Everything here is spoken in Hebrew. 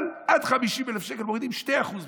אבל עד 50,000 שקל מורידים 2% במס,